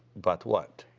but what?